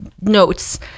notes